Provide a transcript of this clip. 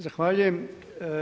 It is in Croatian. Zahvaljujem.